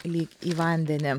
lyg į vandenį